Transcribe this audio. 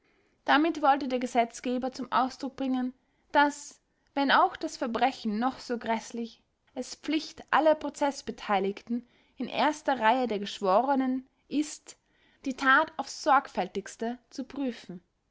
damit wollte der gesetzgeber zum ausdruck bringen daß wenn auch das verbrechen noch so gräßlich es pflicht aller prozeßbeteiligten in erster reihe der geschworenen ist die tat aufs sorgfältigste zu prüfen